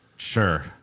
Sure